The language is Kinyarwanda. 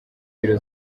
biro